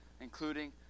including